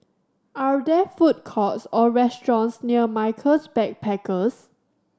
are there food courts or restaurants near Michaels Backpackers